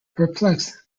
perplexed